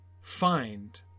find